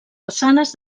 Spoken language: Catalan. façanes